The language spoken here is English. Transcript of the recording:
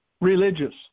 religious